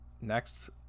next